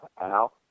Al